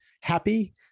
happy